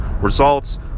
results